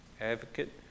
advocate